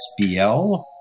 SBL